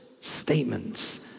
statements